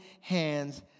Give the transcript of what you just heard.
hands